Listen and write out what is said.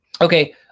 okay